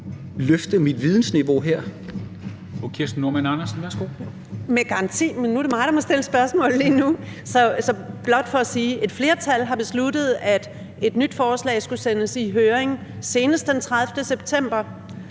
løfte mit vidensniveau her.